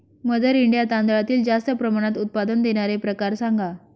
mother India तांदळातील जास्त प्रमाणात उत्पादन देणारे प्रकार सांगा